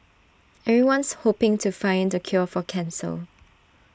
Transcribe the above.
everyone's hoping to find the cure for cancer